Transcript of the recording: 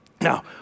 Now